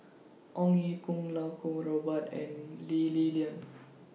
Ong Ye Kung Iau Kuo Kwong Robert and Lee Li Lian